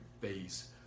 face